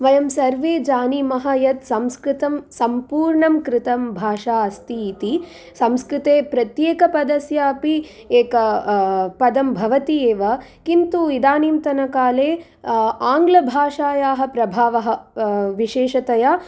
वयं सर्वे जानीमः यत् संस्कृतं सम्पूर्णं कृतं भाषा अस्ति इति संस्कृते प्रत्येक पदस्यापि एक पदं भवति एव किन्तु इदानीं तन काले आङ्लभाषायाः प्रभावः विशेषतया